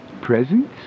Presents